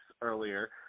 earlier